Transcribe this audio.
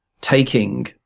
taking